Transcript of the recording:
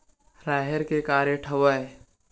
राहेर के का रेट हवय?